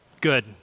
good